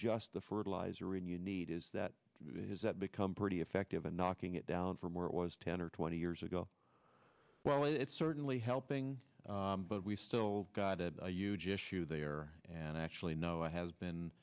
just the fertilizer and you need is that has that become pretty effective at knocking it down from where it was ten or twenty years ago well it's certainly helping but we've still got a huge issue there and actually no i have been